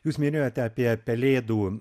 jūs minėjote apie pelėdų